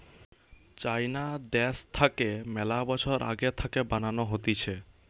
চাইনা দ্যাশ থাকে মেলা বছর আগে থাকে বানানো হতিছে